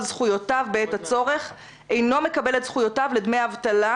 זכויותיו בעת הצורך אינו מקבל את זכויותיו לדמי אבטלה